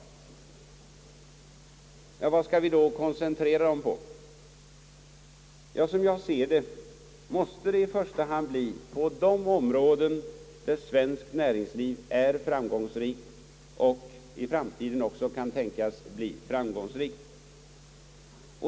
Vad skall vi då koncentrera resurserna på? Som jag ser det måste det i första hand bli på de områden där svenskt näringsliv är framgångsrikt och även i framtiden kan tänkas bli framgångsrikt.